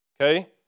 okay